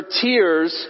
tears